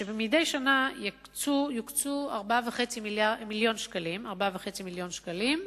שמדי שנה יוקצו 4.5 מיליוני שקלים בלבד